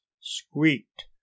squeaked